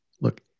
Look